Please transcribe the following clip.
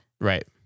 Right